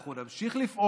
אנחנו נמשיך לפעול